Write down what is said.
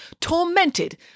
tormented